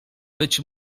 być